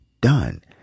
done